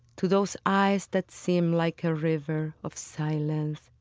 to those eyes that seem like a river of silence.